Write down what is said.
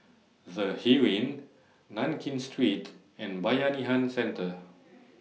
The Heeren Nankin Street and Bayanihan Centre